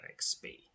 XP